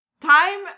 Time